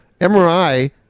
MRI